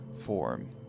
form